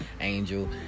Angel